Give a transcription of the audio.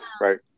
right